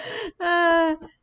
{ah]